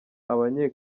abanye